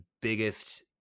biggest